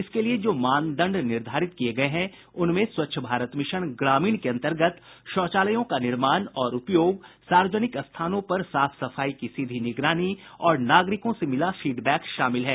इसके लिए जो मानदंड निर्धारित किए गए हैं उनमें स्वच्छ भारत मिशन ग्रामीण के अंतर्गत शौचालयों का निर्माण और उपयोग सार्वजनिक स्थानों पर साफ सफाई की सीधी निगरानी और नागरिकों से मिला फीड बैक शामिल है